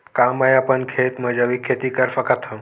का मैं अपन खेत म जैविक खेती कर सकत हंव?